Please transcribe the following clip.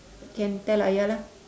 can tell ayah lah